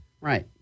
Right